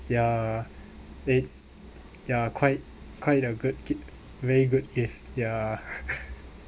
ya it's ya quite quite a good kit very good if ya